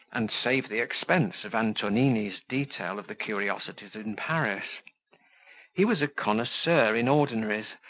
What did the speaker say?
and save the expense of antonini's detail of the curiosities in paris he was a connoisseur in ordinaries,